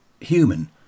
human